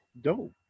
Dope